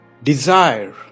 Desire